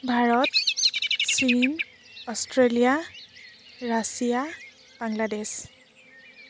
ভাৰত চীন Australia Russia Bangladesh